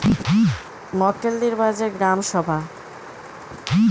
এইসব সম্ভাব্য মক্কেলদের জন্য যে বাজার হয়